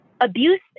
abuse